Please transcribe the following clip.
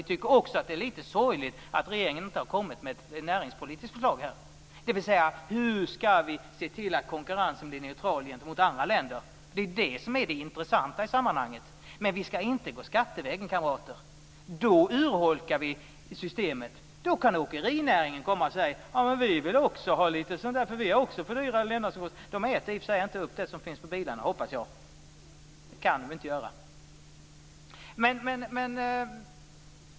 Vi tycker också att det är litet sorgligt att regeringen inte har kommit med ett näringspolitiskt förslag här om hur vi skall se till att konkurrensen blir neutral gentemot andra länder. Det är ju det som är det intressanta i sammanhanget. Men vi skall inte gå skattevägen, kamrater. Då urholkar vi systemet. Då kan åkerinäringen komma och säga att de också vill ha litet sådant, eftersom de också har fördyrade levnadsomkostnader. De äter i och för sig inte upp det som finns på bilarna hoppas jag. Det kan de inte göra.